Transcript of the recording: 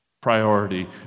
priority